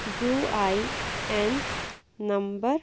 U I N number